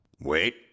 Wait